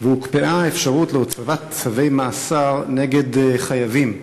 והוקפאה האפשרות להוציא צווי מאסר נגד חייבים,